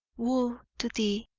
woe to thee,